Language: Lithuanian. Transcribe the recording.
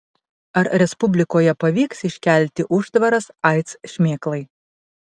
ar respublikoje pavyks iškelti užtvaras aids šmėklai